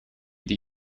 die